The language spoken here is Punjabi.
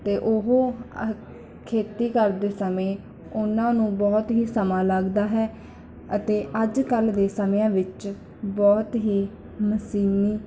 ਅਤੇ ਉਹ ਆਹ ਖੇਤੀ ਕਰਦੇ ਸਮੇਂ ਉਹਨਾਂ ਨੂੰ ਬਹੁਤ ਹੀ ਸਮਾਂ ਲੱਗਦਾ ਹੈ ਅਤੇ ਅੱਜ ਕੱਲ੍ਹ ਦੇ ਸਮਿਆਂ ਵਿੱਚ ਬਹੁਤ ਹੀ ਮਸ਼ੀਨੀ